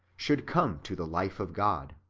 should come to the life of god.